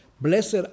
Blessed